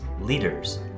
leaders